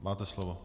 Máte slovo.